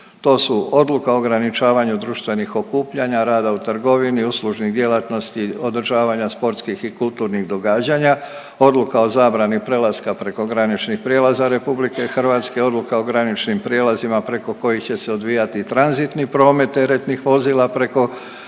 To su Odluka o ograničavanju društvenih okupljanja, rada u trgovini, uslužnih djelatnosti, održavanja sportskih i kulturnih događanja, Odluka o zabrani prelaska prekograničnih prijelaza Republike Hrvatske, Odluka o graničnim prijelazima preko kojih će se odvijati tranzitni promet teretnih vozila preko